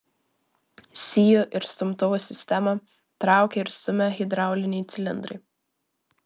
sijų ir stumtuvų sistemą traukia ir stumia hidrauliniai cilindrai